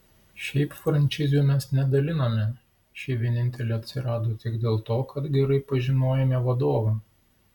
šiaip frančizių mes nedaliname ši vienintelė atsirado tik dėl to kad gerai pažinojome vadovą